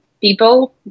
people